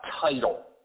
title